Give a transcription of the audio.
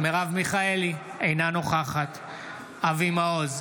אינה נוכחת אבי מעוז,